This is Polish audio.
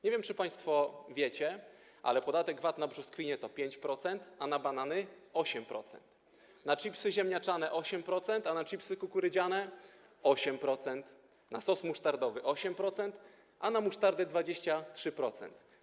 Nie wiem, czy państwo wiecie, ale podatek VAT na brzoskwinie to 5%, a na banany - 8%, na chipsy ziemniaczane - 8%, a na chipsy kukurydziane - 23%, na sos musztardowy - 8%, a na musztardę - 23%.